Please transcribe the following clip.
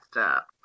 up